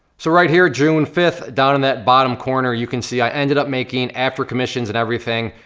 so right here, june fifth, down in that bottom corner, you can see, i ended up making, after commissions and everything,